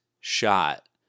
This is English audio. shot